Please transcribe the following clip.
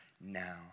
now